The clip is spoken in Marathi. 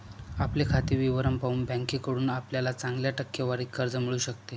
आपले खाते विवरण पाहून बँकेकडून आपल्याला चांगल्या टक्केवारीत कर्ज मिळू शकते